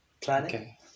planning